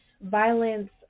violence